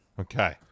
okay